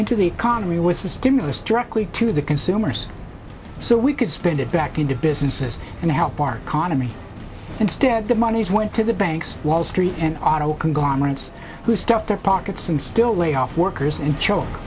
into the economy was the stimulus directly to the consumers so we could spend it back into businesses and help our economy instead the monies went to the banks wall street and auto conglomerates who stuffed their pockets and still lay off workers and choke